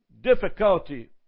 difficulty